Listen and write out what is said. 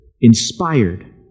inspired